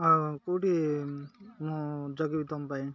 ହଁ କେଉଁଠି ମୁଁ ଜଗିବି ତମ ପାଇଁ